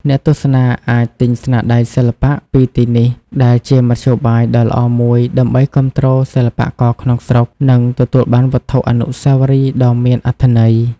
អ្នកទស្សនាអាចទិញស្នាដៃសិល្បៈពីទីនេះ ដែលជាមធ្យោបាយដ៏ល្អមួយដើម្បីគាំទ្រសិល្បករក្នុងស្រុក និងទទួលបានវត្ថុអនុស្សាវរីយ៍ដ៏មានអត្ថន័យ។